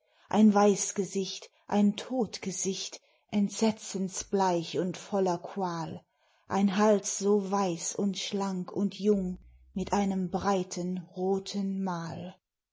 ein weiß gesicht ein tot gesicht entsetzensbleich und voller qual ein hals so weiß und schlank und jung mit einem breiten roten mal